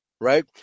right